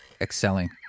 excelling